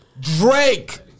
Drake